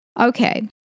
Okay